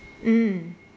mm